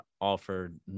offered